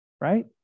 right